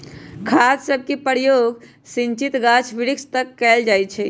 खाद सभके प्रयोग सिंचित गाछ वृक्ष तके कएल जाइ छइ